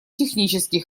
технический